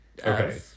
Okay